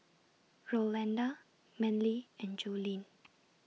Rolanda Manly and Jolene